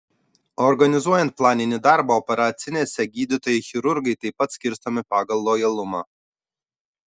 organizuojant planinį darbą operacinėse gydytojai chirurgai taip pat skirstomi pagal lojalumą